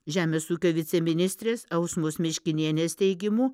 žemės ūkio viceministrės ausmos miškinienės teigimu